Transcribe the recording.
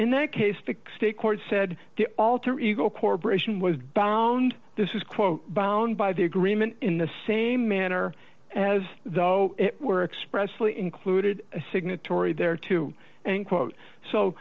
in that case the state court said the alter ego corporation was bound this is quote bound by the agreement in the same manner as though it were expressly included a signatory there to and quote so